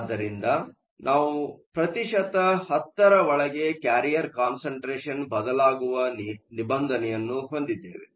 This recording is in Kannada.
ಆದ್ದರಿಂದ ನಾವು 10 ಒಳಗೆ ಕ್ಯಾರಿಯರ್ ಕಾನ್ಸಂಟ್ರೇಷನ್ ಬದಲಾಗುವ ನಿಬಂಧನೆಯನ್ನು ಹೊಂದಿದ್ದೇವೆ